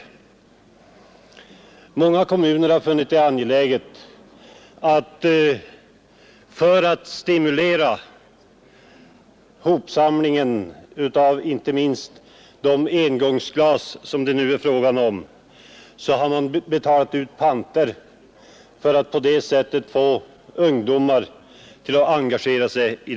Många kommuner har börjat stimulera ungdomar att delta i städningsverksamheten genom att betala ut ett belopp per insamlat engångsglas.